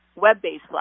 web-based